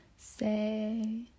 Say